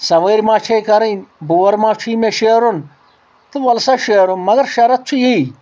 سوٲرۍ ما چھے کرٕنۍ بور ما چھُے مےٚ شیرُن تہٕ ووٚل سا شیرو مگر شرٕط چھُ یی